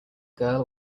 girl